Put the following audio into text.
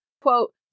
quote